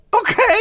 Okay